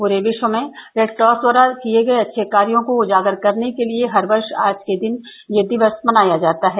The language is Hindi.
पूरे विश्व में रेडक्रॉस द्वारा किये गये अच्छे कार्यों को उजागर करने के लिए हर वर्ष आज के दिन यह दिवस मनाया जाता है